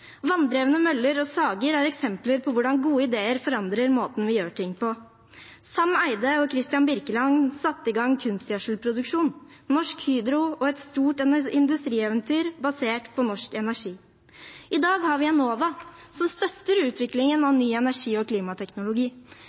Vanndrevne møller og sager er eksempler på hvordan gode ideer forandrer måten vi gjør ting på. Sam Eyde og Kristian Birkeland satte i gang kunstgjødselproduksjon, Norsk Hydro og et stort industrieventyr basert på norsk energi. I dag har vi Enova, som støtter utviklingen av ny energi- og klimateknologi.